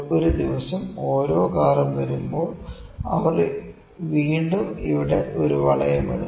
ഒരു ദിവസം ഓരോ കാറും വരുമ്പോൾ അവർ വീണ്ടും ഇവിടെ ഒരു വളയം ഇടുന്നു